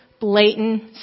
blatant